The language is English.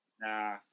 Nah